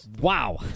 Wow